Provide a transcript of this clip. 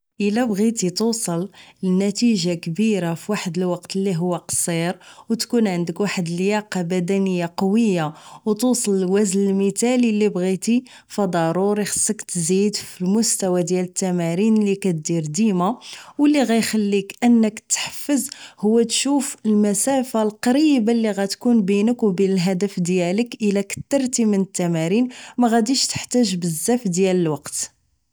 الا بغيتي توصل نتيجة كبيرة فواحد الوقت اللي هو قصير و تكون عندك واحد اللياقة بدنية قوية وتوصل لوزن المثالي اللي بغيتي فضروري خصك تزيد فمستوى ديال التمارين اللي كديرديما و اللي غيخليك انك تحفز هو تشوف المسافة القريبة اللي غتكون بينك و بين الهدف ديالك الا كترتي من التمارين مغاديش تحتاج بزاف ديال الوقت